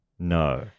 No